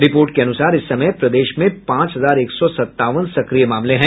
report के अनुसार इस समय प्रदेश में पांच हजार एक सौ सतावन सक्रिय मामले हैं